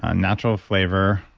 ah natural flavor,